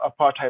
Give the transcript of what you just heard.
apartheid